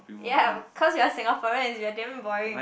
ya cause we're Singaporeans we are damn boring